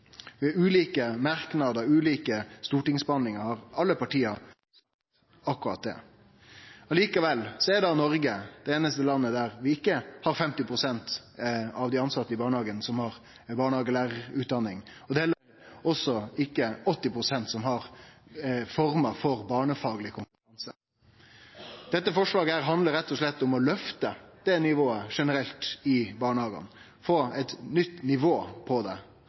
ulike merknader og ved ulike stortingsbehandlingar har alle partia vektlagt akkurat det. Likevel er Noreg det einaste landet der 50 pst. av dei tilsette i barnehagane ikkje har barnehagelærarutdanning, og det er også 80 pst. som ikkje har former for barnehagefagleg kompetanse. Dette forslaget handlar rett og slett om å løfte nivået generelt i barnehagane – få eit nytt nivå på det